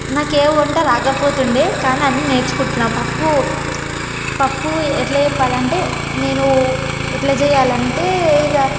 నాకు ఏ వంట రాకపోతుండేది కానీ అన్ని నేర్చుకుంటున్నాను పప్పు పప్పు ఎలా చెప్పాలంటే నేను ఎలా చేయాలంటే ఇక